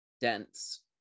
dense